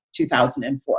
2004